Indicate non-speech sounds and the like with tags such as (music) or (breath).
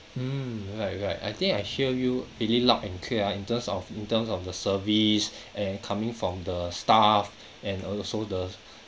hmm right right I think I hear you really loud and clear ah in terms of in terms of the service and coming from the staff and also the (breath)